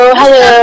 hello